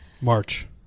March